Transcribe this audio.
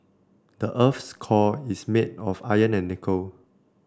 the earth's core is made of iron and nickel